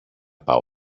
πάω